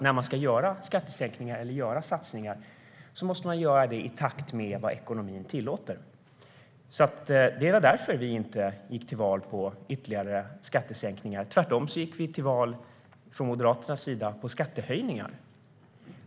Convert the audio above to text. När man ska göra skattesänkningar eller satsningar måste man göra det i takt med vad ekonomin tillåter. Det var därför vi inte gick till val på ytterligare skattesänkningar. Tvärtom gick vi från Moderaternas sida till val på skattehöjningar.